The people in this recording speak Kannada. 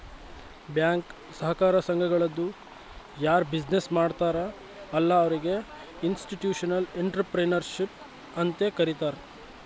ಬ್ಯಾಂಕ್, ಸಹಕಾರ ಸಂಘಗಳದು ಯಾರ್ ಬಿಸಿನ್ನೆಸ್ ಮಾಡ್ತಾರ ಅಲ್ಲಾ ಅವ್ರಿಗ ಇನ್ಸ್ಟಿಟ್ಯೂಷನಲ್ ಇಂಟ್ರಪ್ರಿನರ್ಶಿಪ್ ಅಂತೆ ಕರಿತಾರ್